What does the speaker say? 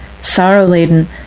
sorrow-laden